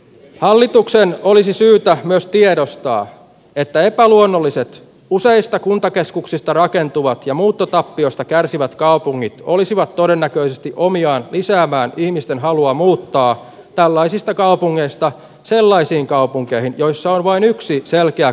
hallituksen olisi syytä myös tiedostaa että epäluonnolliset useista kuntakeskuksista rakentuvat ja muuttotappiosta kärsivät kaupungit olisivat todennäköisesti omiaan lisäämään ihmisten halua muuttaa tällaisista kaupungeista sellaisiin kaupunkeihin joissa on vain yksi selkeä kaupunkikeskusta